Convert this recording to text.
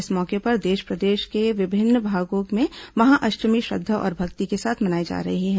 इस मौके पर देश प्रदेश के विभिन्न भागों में महाअष्टमी श्रद्वा और भक्ति के साथ मनाई जा रही है